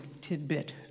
tidbit